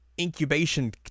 incubation